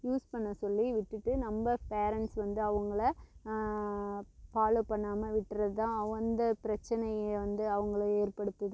use பண்ண சொல்லி விட்டுட்டு நம்ம பேரன்ட்ஸ் வந்து அவங்கள ஃபாலோ பண்ணாமல் விட்டுறதுதான் அந்த பிரச்சனையை வந்து அவங்கள ஏற்படுத்துது